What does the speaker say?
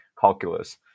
calculus